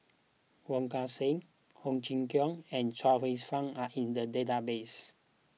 Wong Kan Seng Ho Chee Kong and Chuang Hsueh Fang are in the database